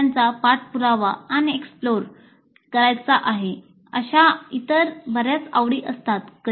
विद्यार्थ्यांचा पाठपुरावा आणि एक्सप्लोर करायचा आहे अशा इतर बर्याच आवडी असतात